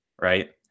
Right